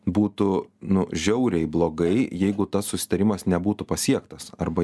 būtų nu žiauriai blogai jeigu tas susitarimas nebūtų pasiektas arba